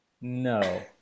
No